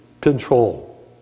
control